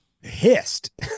hissed